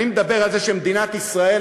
אני מדבר על זה שמדינת ישראל,